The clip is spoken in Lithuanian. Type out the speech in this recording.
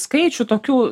skaičių tokių